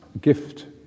gift